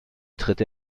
tritt